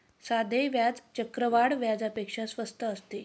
साधे व्याज चक्रवाढ व्याजापेक्षा स्वस्त असते